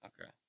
Okay